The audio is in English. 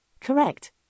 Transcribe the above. Correct